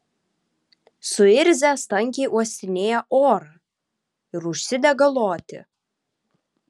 suirzęs tankiai uostinėja orą ir užsidega loti